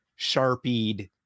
sharpied